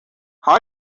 how